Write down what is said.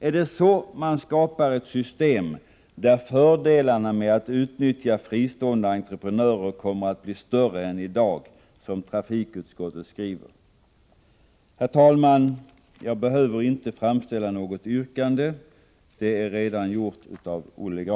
Är det så man skapar ett system, där fördelarna med att utnyttja fristående entreprenörer kommer att bli större än i dag, som trafikutskottet skriver? Herr talman! Jag behöver inte framställa något yrkande. Olle Grahn har redan gjort detta.